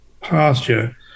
pasture